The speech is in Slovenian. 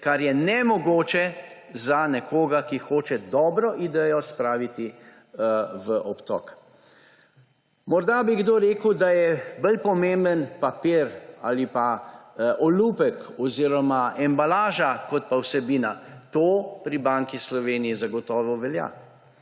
kar je nemogoče za nekoga, ki hoče dobro idejo spraviti v obtok. Morda bi kdo rekel, da je bolj pomemben papir ali pa olupek oziroma embalaža, kot pa je pomembna vsebina. To pri Banki Slovenije zagotovo velja.